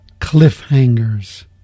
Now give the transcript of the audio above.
cliffhangers